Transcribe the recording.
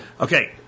Okay